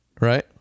Right